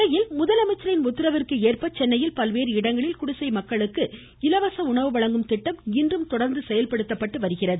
இதனிடையே முதலமைச்சரின் உத்தரவிற்கு ஏற்ப சென்னையில் பல்வேறு இடங்களில் குடிசை மக்களுக்கு இலவச உணவு வழங்கும் திட்டம் இன்றும் தொடர்ந்து செயல்படுத்தப்பட்டு வருகிறது